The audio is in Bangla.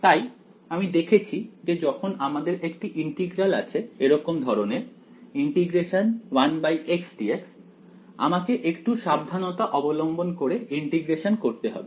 তাই আমি দেখেছি যে যখন আমাদের একটি ইন্টিগ্রাল আছে এরকম ধরনের ∫1x dx আমাকে একটু সাবধানতা অবলম্বন করে ইন্টিগ্রেশন করতে হবে